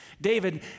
David